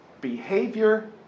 behavior